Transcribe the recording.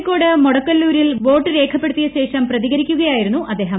കോഴിക്കോട് മൊടക്കല്ലൂരിൽ വോട്ട് രേഖപ്പെടുത്തിയശേഷം പ്രതികരിക്കുകയായിരുന്നു അദ്ദേഹം